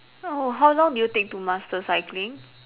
oh how long did you take to master cycling